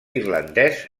irlandès